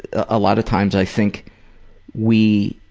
a lot of times i think we,